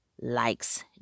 likes